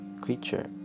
creature